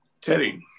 Teddy